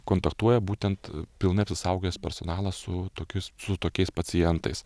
kontaktuoja būtent pilnai apsisaugojęs personalas su tokius su tokiais pacientais